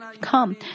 come